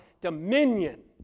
Dominion